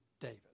David